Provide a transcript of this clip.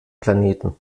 planeten